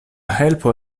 helpo